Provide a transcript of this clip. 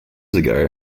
ago